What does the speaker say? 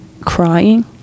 crying